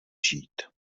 žít